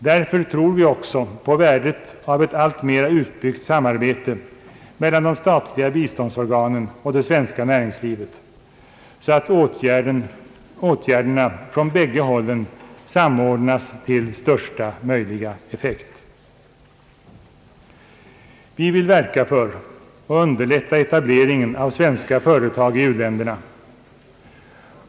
Därför tror vi också på värdet av ett alltmera utbyggt samarbete mellan de statliga biståndsorganen och det svenska näringslivet, så att åtgärderna från bägge hållen samordnas till största möjliga effekt. Vi vill verka för och underlätta etablering av svenska företag i u-länderna.